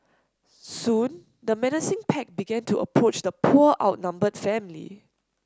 soon the menacing pack began to approach the poor outnumbered family